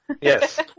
Yes